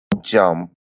jump